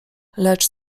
lecz